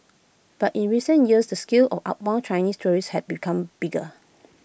but in recent years the scale of outbound Chinese tourists had become bigger